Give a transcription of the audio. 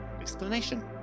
explanation